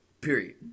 period